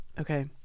Okay